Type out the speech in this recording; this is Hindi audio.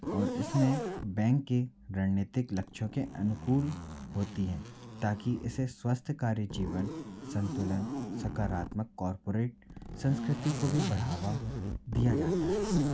और इसमें बैंक के रणनीतिक लक्ष्यों के अनुकूल होती है ताकि इससे स्वस्थ कार्य जीवन संतुलन सकारात्मक कॉरपोरेट संस्कृति को भी बढ़ावा दिया जाता है